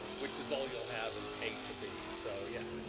which is all you'll have is a to b, so, yeah.